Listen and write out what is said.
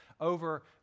over